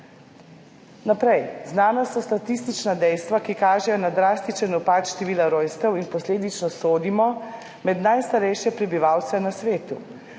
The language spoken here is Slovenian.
Naprej. Znana so statistična dejstva, ki kažejo na drastičen upad števila rojstev in posledično sodimo med najstarejše prebivalce na svetu.